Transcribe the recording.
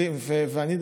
אני,